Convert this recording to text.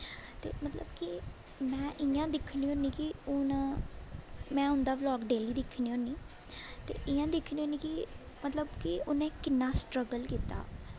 ते मतलब कि में इ'यां दिक्खनी होन्नी कि हून में उं'दा ब्लॉग डेली दिक्खनी होन्नी ते इ'यां दिक्खनी होन्नी कि मतलब कि उन्नै किन्ना स्ट्रगल कीता